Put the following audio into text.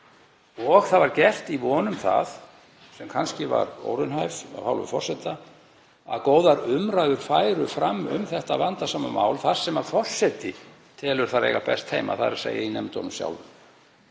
Það var gert í von um það, sem kannski var óraunhæft af hálfu forseta, að góðar umræður færu fram um þetta vandasama mál þar sem forseti telur þær eiga best heima, þ.e. í nefndunum sjálfum.